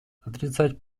отрицать